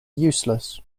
useless